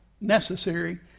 necessary